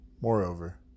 Moreover